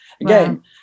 again